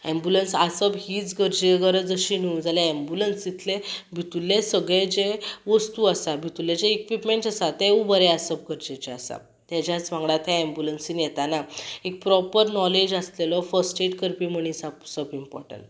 ambulance आसप हीच गरजे गरज अशी न्हू जाल्यार अँबुलन्सीतले भितुरले सगळे जे वस्तु आसा भितुरले जे इक्वीपमेंटस आसा तेवूय बरे आसप गरजेचे आसा तेच्याच वांगडा ते अँबुलन्सीन येताना एक प्रॉपर नोलेज आसलेलो फस्ट एड करपी मनीस आपसप इंपोर्टण्ट